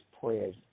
prayers